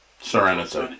Serenity